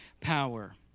power